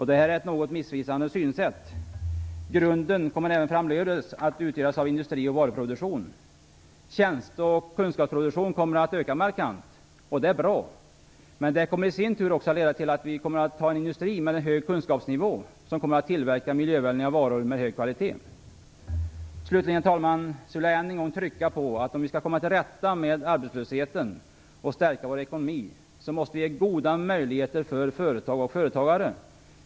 Detta är ett något missvisande synsätt. Grunden kommer även framdeles att utgöras av industri och varuproduktion. Tjänste och kunskapsproduktion kommer att öka markant, och detta är bra. Det kommer i sin tur att leda till att vi kommer att ha en industri med hög kunskapsnivå som kommer att tillverka miljövänliga varor av hög kvalitet. Slutligen vill jag än en gång understryka, att om vi skall komma tillrätta med arbetslösheten och lyckas stärka vår ekonomi måste vi ge goda möjligheter för företag och företagare.